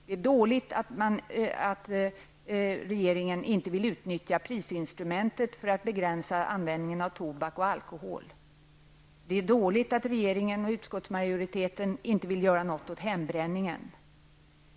Det är dåligt att regeringen inte vill utnyttja prisinstrumentet för att begränsa användningen av tobak och alkohol. Det är dåligt att regeringen och utskottsmajoriteten inte vill göra något åt hembränningen.